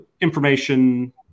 information